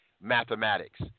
mathematics